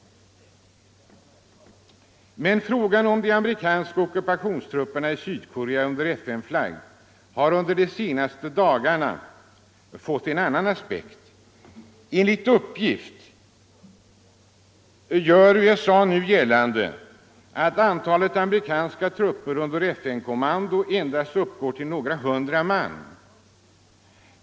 Men frågan om de amerikanska ockupationstrupperna i Sydkorea under FN-flagg har under de senaste dagarna fått en annan aspekt. Enligt uppgift gör USA nu gällande att antalet amerikanska trupper under FN-kommando endast uppgår till några hundra man.